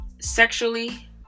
sexually